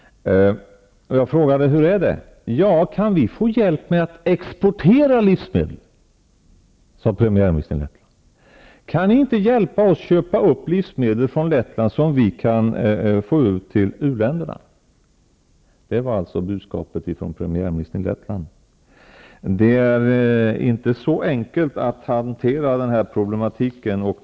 Premimärministern svarade med att landet ville ha hjälp med att exportera livsmedel. Han undrade om inte Sverige kunde hjälpa till att köpa upp livsmedel från Lettland som senare kunde föras över till u-länderna. Det var budskapet från premiärminister i Lettland. Det är inte så enkelt att hantera dessa problem.